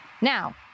Now